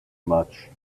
much